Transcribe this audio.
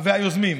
והיוזמים.